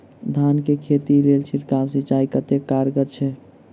धान कऽ खेती लेल छिड़काव सिंचाई कतेक कारगर छै?